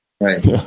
Right